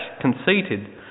conceited